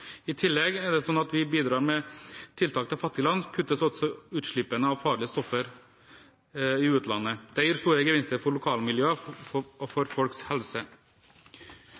I tillegg til at vi bidrar med tiltak til fattige land, kuttes utslippene av farlige stoffer i utlandet. Det gir store gevinster for lokalmiljøer og for folks helse.